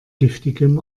giftigem